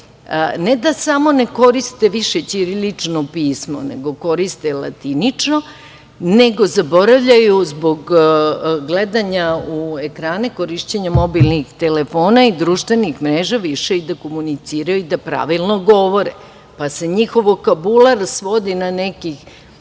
ne da samo ne koriste više ćirilično pismo, nego koriste latinično, nego zaboravljaju zbog gledanja u ekrane, korišćenja mobilnih telefona i društvenih mreža više i da komuniciraju i da pravilno govore, pa se njihov vokabular svodi na nekih